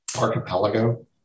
Archipelago